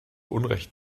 unrecht